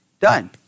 Done